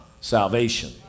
salvation